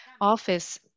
office